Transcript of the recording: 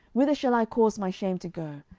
whither shall i cause my shame to go?